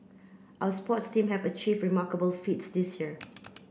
our sports team have achieved remarkable feats this year